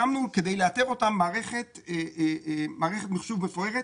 כדי לאתר אותם הקמנו מערכת מחשוב מפוארת.